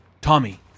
Tommy